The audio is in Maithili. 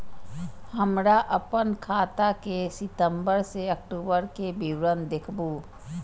हमरा अपन खाता के सितम्बर से अक्टूबर के विवरण देखबु?